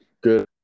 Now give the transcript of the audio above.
Good